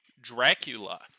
Dracula